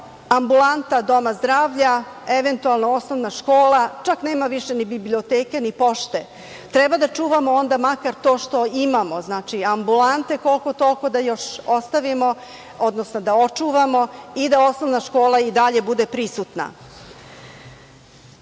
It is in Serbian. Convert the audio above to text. ambulanta doma zdravlja, eventualno osnovna škola. Čak nema više ni biblioteke, ni pošte. Treba da čuvamo onda makar to što imamo. Znači, ambulante koliko, toliko da još ostavimo, odnosno da očuvamo i da osnovna škola i dalje bude prisutna. Što